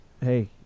Hey